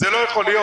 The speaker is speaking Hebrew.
זה לא יכול להיות.